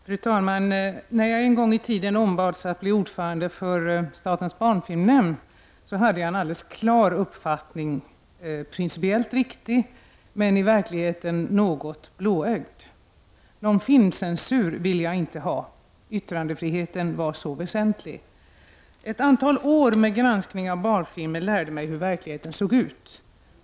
Fru talman! När jag en gång i tiden ombads att bli ordförande för statens barnfilmnämnd och statens barnfilmråd hade jag en alldeles klar uppfattning: principiellt riktig men i verkligheten något blåögd. Någon filmcensur ville jag inte ha. Yttrandefriheten var så väsentlig. Ett antal år med granskning av barnfilmer lärde mig hur verkligheten såg ut.